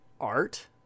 art